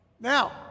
Now